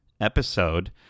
episode